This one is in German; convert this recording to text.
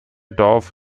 dorf